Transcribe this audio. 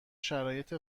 شرایط